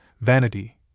vanity